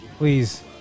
Please